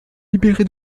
libéré